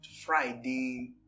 Friday